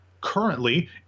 currently